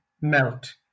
melt